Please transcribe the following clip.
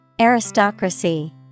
Aristocracy